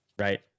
Right